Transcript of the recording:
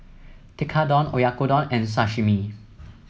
Tekkadon Oyakodon and Sashimi